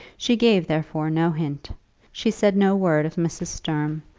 she gave, therefore, no hint she said no word of mrs. sturm,